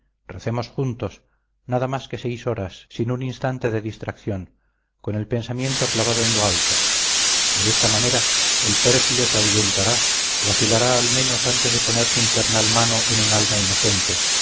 recemos juntos nada más que seis horas sin un instante de distracción con el pensamiento clavado en lo alto de esta manera el pérfido se ahuyentará vacilará al menos antes de poner su infernal mano en un alma inocente